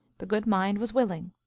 the good mind was willing.